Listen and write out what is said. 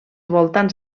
voltants